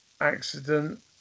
accident